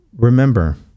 Remember